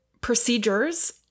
procedures